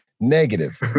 negative